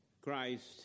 Christ